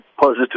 positive